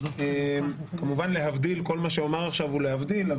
כל מה שאומר עכשיו הוא להבדיל,